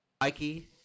Mikey